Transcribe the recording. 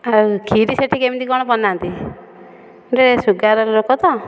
ଆଉ ଖିରୀ ସେଠି କେମିତି କ'ଣ ବନାନ୍ତି ମୁଁ ଟିକେ ସୁଗାର ଲୋକ ତ